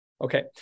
Okay